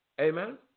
Amen